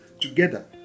together